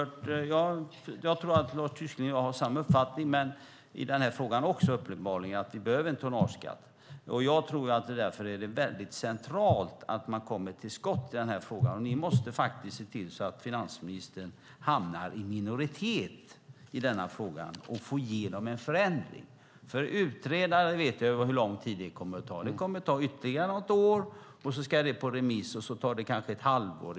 Jag tror att Lars Tysklind och jag har samma uppfattning i denna fråga också om att vi behöver en tonnageskatt. Jag tror därför att det är mycket centralt att man kommer till skott i denna fråga. Ni måste faktiskt se till att finansministern hamnar i minoritet i denna fråga och få igenom en förändring. Vi vet hur lång tid det tar att utreda. Det kommer att ta ytterligare något år. Sedan ska det ut på remiss, och det tar kanske ett halvår.